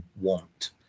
want